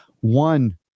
one